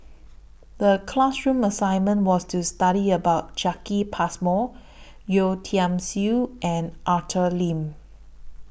The class assignment was to study about Jacki Passmore Yeo Tiam Siew and Arthur Lim